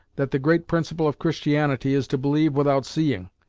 that the great principle of christianity is to believe without seeing,